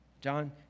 John